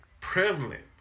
prevalent